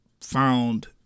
found